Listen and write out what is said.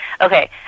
Okay